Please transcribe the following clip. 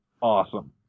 awesome